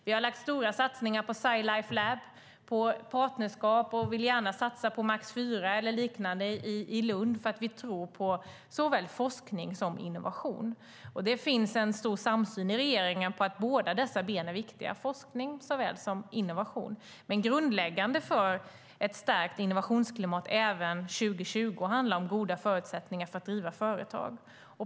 Vi har gjort stora satsningar på Sci Life Lab och på partnerskap, och vi vill gärna satsa på Max IV eller liknande i Lund för att vi tror på såväl forskning som innovation. Det finns en stor samsyn i regeringen om att båda dessa ben är viktiga, forskning såväl som innovation. Men grundläggande för ett starkt innovationsklimat även 2020 är goda förutsättningar för att driva företag.